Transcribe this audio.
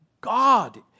God